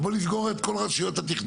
אז בואו נסגור את כל רשויות התכנון,